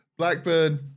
Blackburn